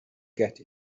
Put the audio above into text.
get